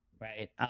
right